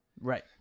Right